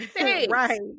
right